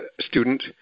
student